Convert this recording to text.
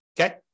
okay